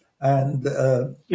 and-